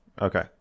Okay